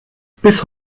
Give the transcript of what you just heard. bis